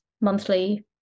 monthly